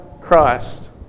Christ